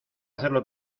hacerlo